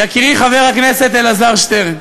יקירי, חבר הכנסת אלעזר שטרן,